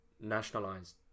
nationalized